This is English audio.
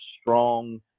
strong